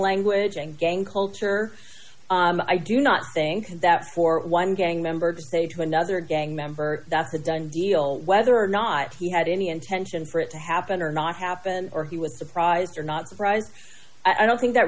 language and gang culture i do not think that for one gang member to say to another gang member that's a done deal whether or not he had any intention for it to happen or not happen or he was surprised or not surprised i don't think that